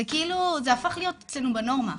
זה כאילו, זה הפך להיות אצלנו בנורמה.